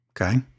Okay